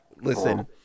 Listen